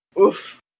Oof